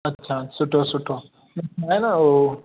अच्छा सुठो सुठो न न हो